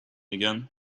again